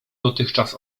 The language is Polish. dotychczas